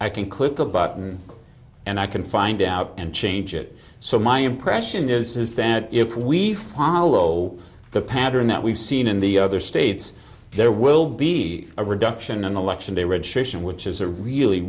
i can click a button and i can find out and change it so my impression is that if we follow the pattern that we've seen in the other states there will be a reduction in election day registration which is a really